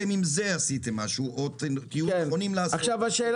תן מספרים, לא